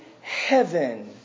heaven